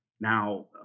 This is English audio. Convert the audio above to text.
Now